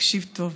תקשיב טוב,